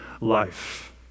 life